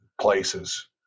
places